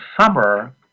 summer